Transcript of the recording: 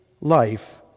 Life